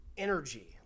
energy